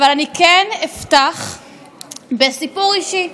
אבל אני כן אפתח בסיפור אישי.